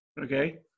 Okay